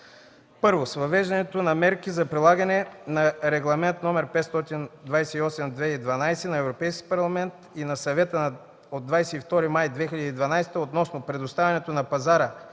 . 1. С въвеждането на мерки за прилагане на Регламент (ЕС) № 528/2012 на Европейския парламент и на Съвета от 22 май 2012 г. относно предоставянето на пазара